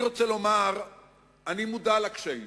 אני רוצה לומר שאני מודע לקשיים,